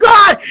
God